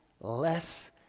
Less